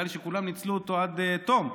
נראה לי שכולם ניצלו אותו עד תום.